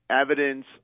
evidence